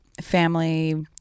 family